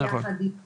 אני גם